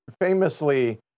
famously